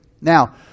Now